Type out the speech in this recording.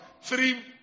three